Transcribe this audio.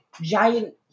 giant